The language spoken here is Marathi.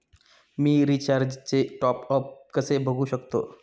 मी रिचार्जचे टॉपअप कसे बघू शकतो?